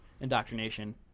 indoctrination